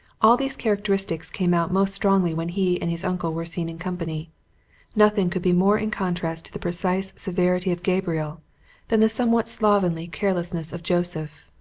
all these characteristics came out most strongly when he and his uncle were seen in company nothing could be more in contrast to the precise severity of gabriel than the somewhat slovenly carelessness of joseph.